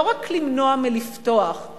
לא רק למנוע מלפתוח,